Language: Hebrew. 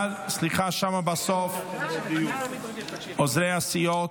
סליחה, אדוני השר,